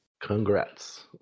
congrats